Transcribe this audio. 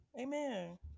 Amen